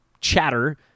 chatter